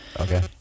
Okay